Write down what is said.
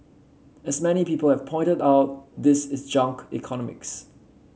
as many people have pointed out this is junk economics